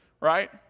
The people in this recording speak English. Right